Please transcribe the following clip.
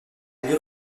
lire